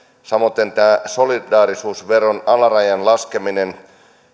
samoiten tämä solidaarisuusveron alarajan laskeminen